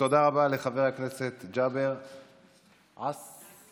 תודה רבה לחבר הכנסת ג'אבר, עסאקלה.